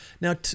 Now